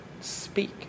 speak